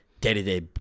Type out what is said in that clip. day-to-day